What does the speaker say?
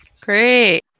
great